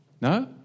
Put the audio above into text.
No